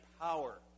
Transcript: power